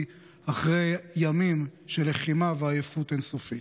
אחרי ימים של לחימה ועייפות אין-סופית.